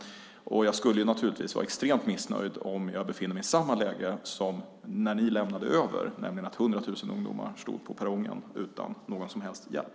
Jag skulle naturligtvis vara extremt missnöjd om jag befann mig i samma läge som när ni lämnade över, nämligen att 100 000 ungdomar stod på perrongen utan någon som helst hjälp.